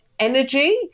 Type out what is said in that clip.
energy